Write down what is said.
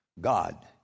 God